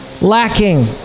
lacking